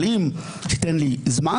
אבל אם תיתן לי זמן,